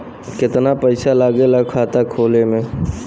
कितना पैसा लागेला खाता खोले में?